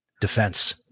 defense